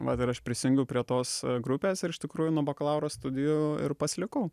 vat ir aš prisijungiau prie tos grupės ir iš tikrųjų nuo bakalauro studijų ir pasilikau